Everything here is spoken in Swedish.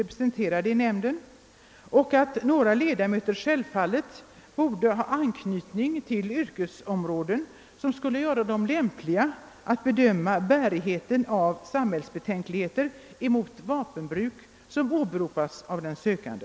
representerade i nämnden och att några ledamöter självfallet borde ha anknytning till yrkesområden som skulle göra dem lämpliga att bedöma bärigheten av samvetsbetänkligheter mot vapenbruk som-åberopas av den sökande.